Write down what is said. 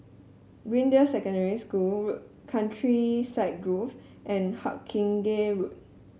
Greendale Secondary School Road Countryside Grove and Hawkinge Road